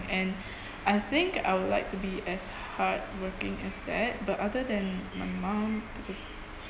and I think I would like to be as hardworking as that but other than my mum